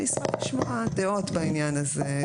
אני אשמח לשמוע דעות בעניין הזה.